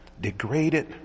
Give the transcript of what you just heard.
degraded